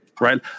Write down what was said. Right